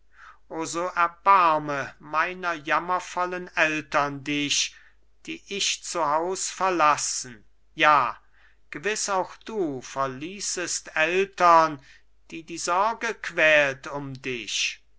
o so erbarme meiner jammervollen eltern dich die ich zu haus verlassen ja gewiß auch du verließest eltern die die sorge quält um dich